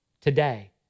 today